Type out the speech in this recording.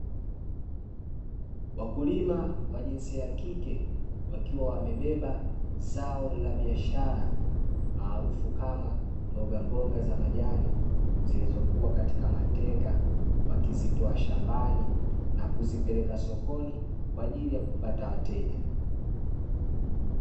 Wakulima wa jinsia ya kike, wakiwa wamebeba zao la biashara maarufu kama mboga mboga za majani zilizokuwa katika matenga, wakizitoa shambani na kuzipeleka sokoni kwa ajili ya kupata wateja.